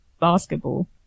basketball